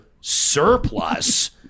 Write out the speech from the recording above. surplus